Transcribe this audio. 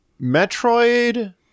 Metroid